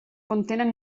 contenen